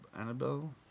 Annabelle